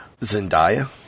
Zendaya